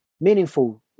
meaningful